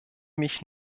mich